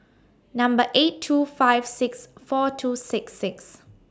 Number eight two five six four two six six